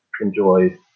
enjoy